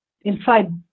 inside